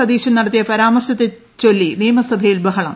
സതീശൻ നടത്തിയ പരാമർശത്തെച്ചൊല്ലി നിയമസഭയിൽ ബഹളം